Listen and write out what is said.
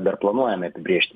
dar planuojame apibrėžti